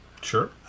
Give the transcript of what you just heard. Sure